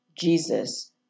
Jesus